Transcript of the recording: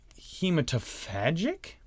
hematophagic